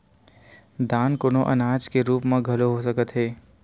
दान कोनो अनाज के रुप म घलो हो सकत हे